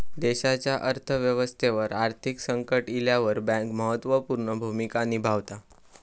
देशाच्या अर्थ व्यवस्थेवर आर्थिक संकट इल्यावर बँक महत्त्व पूर्ण भूमिका निभावता